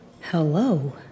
Hello